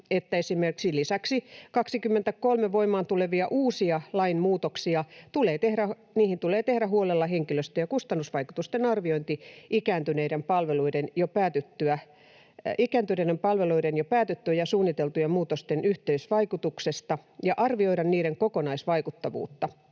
esimerkiksi: ”Lisäksi ennen 2023 voimaan tulevia uusia lainmuutoksia tulee tehdä huolella henkilöstö- ja kustannusvaikutusten arviointi ikääntyneiden palveluiden jo päätettyjen ja suunniteltujen muutosten yhteisvaikutuksesta ja arvioida niiden kokonaisvaikuttavuutta.